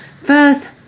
first